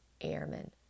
airmen